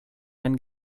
einen